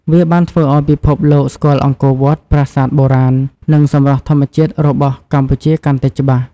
វាបានធ្វើឲ្យពិភពលោកស្គាល់អង្គរវត្ត ប្រាសាទបុរាណ និងសម្រស់ធម្មជាតិរបស់កម្ពុជាកាន់តែច្បាស់។